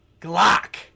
Glock